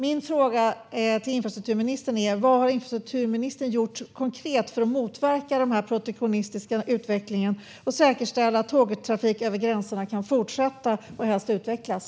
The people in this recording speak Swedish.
Min fråga till infrastrukturministern är vad han gjort konkret för att motverka denna protektionistiska utveckling och säkerställa att tågtrafiken över gränserna kan fortsätta och helst utvecklas.